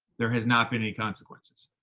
there has not been any consequences.